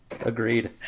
Agreed